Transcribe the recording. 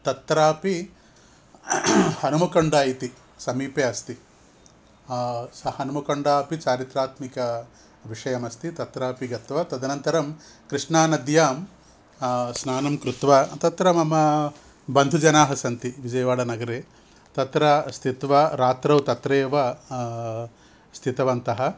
तत्रापि हनुमकण्डा इति समीपे अस्ति सः हनुमकण्डापि चारित्रात्मकविषयः अस्ति तत्रापि गत्वा तदनन्तरं कृष्णानद्यां स्नानं कृत्वा तत्र मम बन्धुजनाः सन्ति विजय्वाडानगरे तत्र स्थित्वा रात्रौ तत्रैव स्थितवन्तः